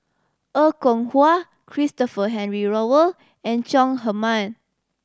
Er Kwong Wah Christopher Henry Rothwell and Chong Heman